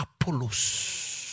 Apollos